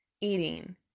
eating